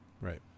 Right